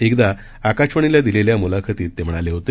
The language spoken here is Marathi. एकदा आकाशवाणीला दिलेल्या मुलाखतीत ते म्हणाले होते